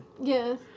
Yes